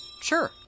Sure